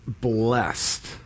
Blessed